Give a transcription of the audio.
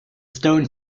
stone